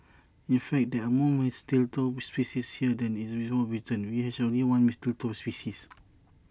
in fact there are more mistletoe species here than in the whole of Britain which has only one mistletoe species